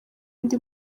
undi